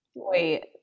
Wait